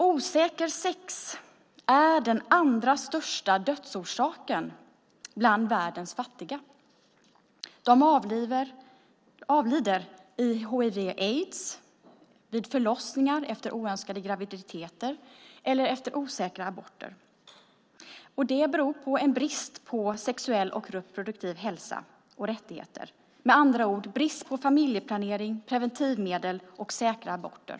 Osäkert sex är den andra största dödsorsaken bland världens fattiga. De avlider i hiv/aids, vid förlossningar efter oönskade graviditeter eller efter osäkra aborter. Det beror på brist på sexuell och reproduktiv hälsa och rättigheter, med andra ord brist på familjeplanering, preventivmedel och säkra aborter.